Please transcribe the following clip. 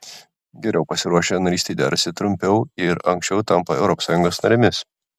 geriau pasiruošę narystei derasi trumpiau ir anksčiau tampa europos sąjungos narėmis